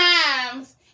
times